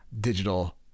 digital